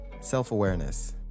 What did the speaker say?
self-awareness